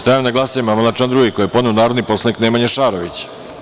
Stavljam na glasanje amandman na član 2. koji je podneo narodni poslanik Nemanja Šarović.